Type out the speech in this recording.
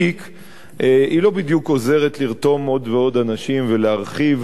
היא לא בדיוק עוזרת לרתום עוד ועוד אנשים ולהרחיב את